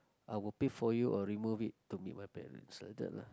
I will pay for you or remove it